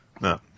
No